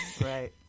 Right